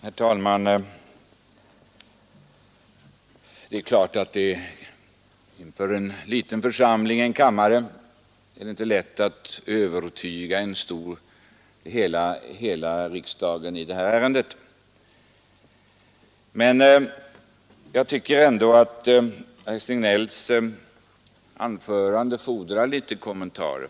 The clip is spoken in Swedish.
Herr talman! Det är klart att det inför en glest besatt kammare inte är lätt att övertyga hela riksdagen i detta ärende. Jag tycker ändå att herr Signells anförande fordrar några kommentarer.